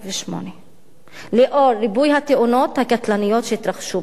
לנוכח ריבוי התאונות הקטלניות שהתרחשו בו.